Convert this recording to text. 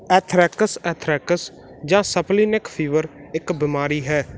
anthrax anthrax ਜਾਂ splenic fever ਇੱਕ ਬਿਮਾਰੀ ਹੈ